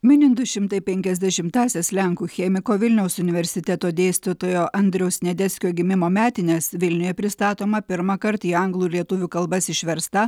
minint du šimtai penkiasdešimtąsias lenkų chemiko vilniaus universiteto dėstytojo andriaus sniadeckio gimimo metines vilniuje pristatoma pirmąkart į anglų ir lietuvių kalbas išversta